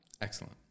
Excellent